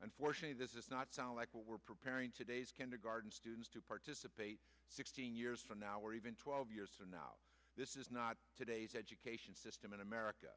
unfortunately this is not sound like what we're preparing today's kindergarten students to participate sixteen years from now or even twelve years from now this is not today's education system in america